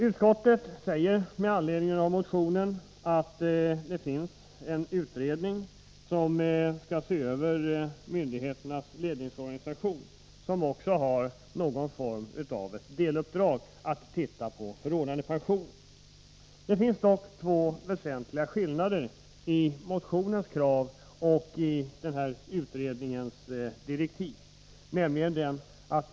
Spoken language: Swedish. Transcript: Utskottet säger med anledning av motionen att det finns en utredning som skall se över myndigheternas ledningsorganisation och som även har någon form av deluppdrag att titta på förordnandepensioner. Det finns dock två väsentliga skillnader mellan motionens krav och utredningens direktiv.